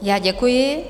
Já děkuji.